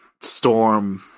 storm